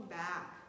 back